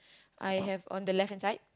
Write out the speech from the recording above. I have on the left hand side